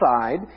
side